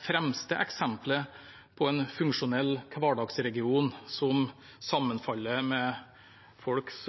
fremste eksemplet på en funksjonell hverdagsregion som sammenfaller med folks